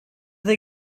they